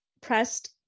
pressed